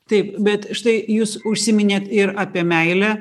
taip bet štai jūs užsiminėt ir apie meilę